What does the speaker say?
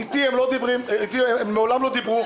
איתי הם מעולם לא דיברו.